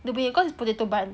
dia punye cause its potato bun